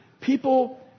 people